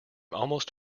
almost